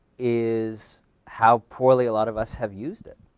is how poorly a lot of us have used it.